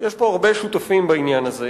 יש פה הרבה שותפים בעניין הזה.